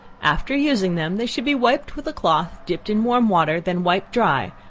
after using them, they should be wiped with a cloth, dipped in warm water, then wiped dry,